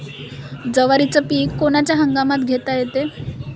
जवारीचं पीक कोनच्या हंगामात घेता येते?